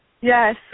Yes